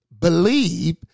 Believe